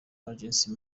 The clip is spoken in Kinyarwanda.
agency